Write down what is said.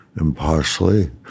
impartially